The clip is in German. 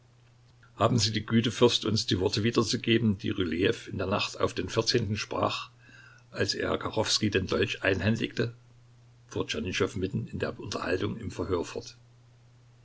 haben sie die güte fürst uns die worte wiederzugeben die rylejew in der nacht auf den vierzehnten sprach als er kachowskij den dolch einhändigte fuhr tschernyschow mitten in der unterhaltung im verhör fort